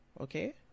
Okay